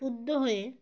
শুদ্ধ হয়ে